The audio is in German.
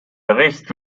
bericht